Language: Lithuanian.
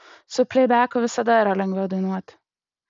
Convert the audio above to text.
su pleibeku visada yra lengviau dainuoti